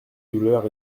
douleur